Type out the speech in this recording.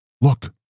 Look